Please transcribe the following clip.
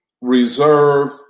reserve